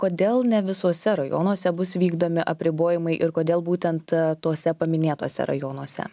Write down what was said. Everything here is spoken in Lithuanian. kodėl ne visuose rajonuose bus vykdomi apribojimai ir kodėl būtent tuose paminėtuose rajonuose